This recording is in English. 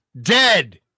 dead